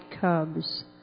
cubs